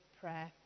prayer